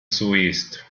soest